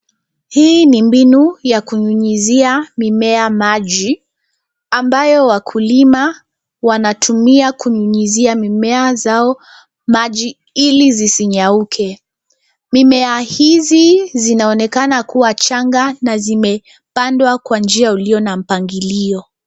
Hii ni mbinu ya kunyunyuzia mimea maji ambayo wakulima wanatumia kunyunyuzia mimea zao maji ili zisinyauke. Mimea hizi zinaonekana kuwa changa na zimepandwa kwa njia uliyo na mpangilio.